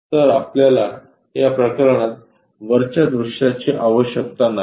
तर आपल्याला या प्रकरणात वरच्या दृश्याची आवश्यकता नाही